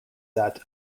that